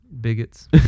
Bigots